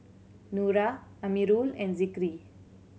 Nura Amirul and Zikri